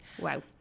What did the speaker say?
wow